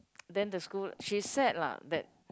then the school she sad lah that